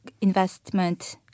investment